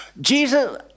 Jesus